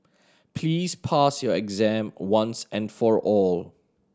please pass your exam once and for all